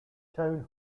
town